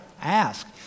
Ask